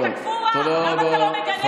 למה אתה לא מגנה?